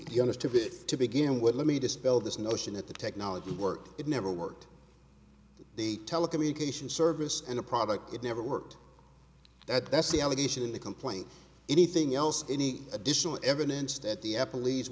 the honesty of it to begin with let me dispel this notion that the technology worked it never worked the telecommunications service and a product it never worked that that's the allegation in the complaint anything else any additional evidence that the apple lea